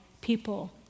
people